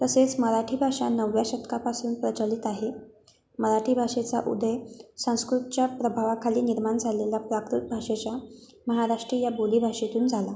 तसेच मराठी भाषा नवव्या शतकापासून प्रचलित आहे मराठी भाषेचा उदय संस्कृतच्या प्रभावाखाली निर्माण झालेल्या प्राकृत भाषेच्या महाराष्ट्री या बोलीभाषेतून झाला